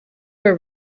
were